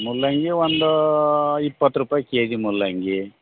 ಮೂಲಂಗಿ ಒಂದು ಇಪ್ಪತ್ತು ರೂಪಾಯಿ ಕೆ ಜಿ ಮೂಲಂಗಿ